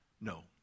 no